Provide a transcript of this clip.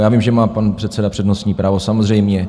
Já vím, že má pan předseda přednostní právo, samozřejmě.